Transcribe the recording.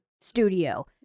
studio